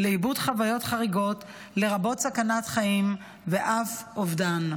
לעיבוד חוויות חריגות לרבות סכנת חיים ואף אובדן.